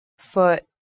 Foot